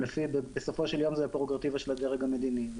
בסופו של יום זו פררוגטיבה של הדרג המדיני,